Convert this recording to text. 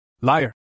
Liar